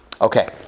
okay